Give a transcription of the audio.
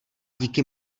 díky